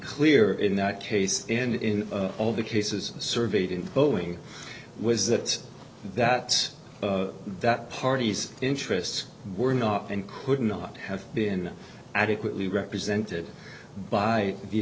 clear in that case and in all the cases surveyed in boeing was that that that party's interests were not and could not have been adequately represented by the